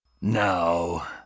Now